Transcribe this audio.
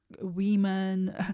women